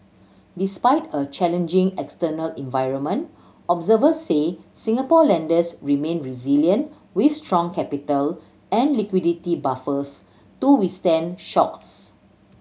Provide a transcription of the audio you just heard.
despite a challenging external environment observers said Singapore lenders remain resilient with strong capital and liquidity buffers to withstand shocks